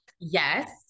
Yes